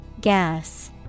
Gas